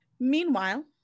Meanwhile